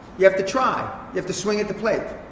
you have to try. you have to swing at the plate.